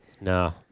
No